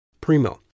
primo